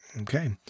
Okay